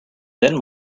then